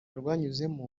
rwanyuzemo